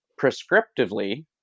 prescriptively